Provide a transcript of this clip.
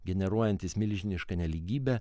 generuojantis milžinišką nelygybę